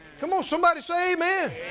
come on, somebody say amen.